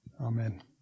Amen